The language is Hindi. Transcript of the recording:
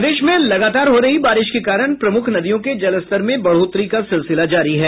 प्रदेश में लगातार हो रही बारिश के कारण प्रमुख नदियों के जलस्तर में बढ़ोतरी का सिलसिला जारी है